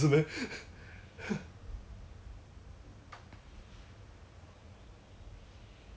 so so he he say his plan now is he will stay until the company tells him he's no longer needed